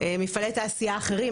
מפעלי תעשייה אחרים.